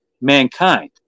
mankind